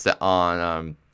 on